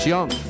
Young